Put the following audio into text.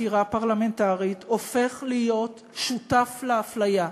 חקירה פרלמנטרית הופך להיות שותף לאפליה.